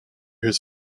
his